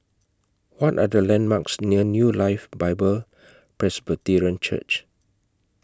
What Are The landmarks near New Life Bible Presbyterian Church